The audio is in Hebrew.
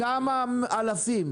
כמה אלפים.